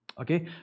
Okay